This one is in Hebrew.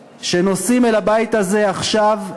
שנושאים אל הבית הזה עכשיו עיניים,